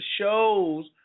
shows